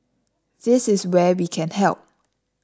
this is where we can help